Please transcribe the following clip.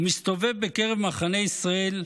הוא מסתובב בקרב מחנה ישראל,